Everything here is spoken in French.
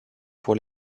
pour